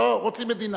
רוצים מדינה.